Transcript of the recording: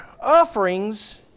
offerings